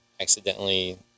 accidentally